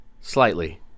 slightly